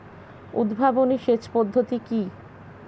উদ্ভাবনী সেচ পদ্ধতি কি?